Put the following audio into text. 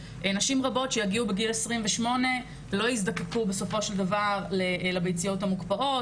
נשים רבות שיגיעו בגיל 28 לא יזדקקו בסופו של דבר לביציות המוקפאות,